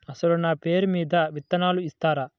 అసలు నా పేరు మీద విత్తనాలు ఇస్తారా?